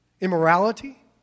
immorality